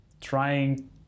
trying